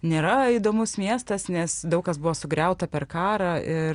nėra įdomus miestas nes daug kas buvo sugriauta per karą ir